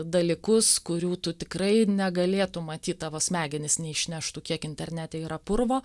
dalykus kurių tu tikrai negalėtum matyt tavo smegenys neišneštų kiek internete yra purvo